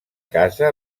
casa